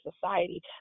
society